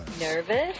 Nervous